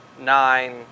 Nine